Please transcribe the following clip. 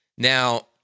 Now